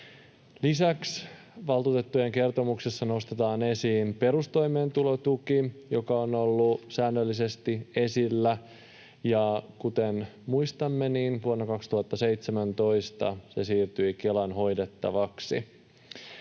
Lisäksi valtuutettujen kertomuksessa nostetaan esiin perustoimeentulotuki, joka on ollut säännöllisesti esillä, ja kuten muistamme, vuonna 2017 se siirtyi Kelan hoidettavaksi.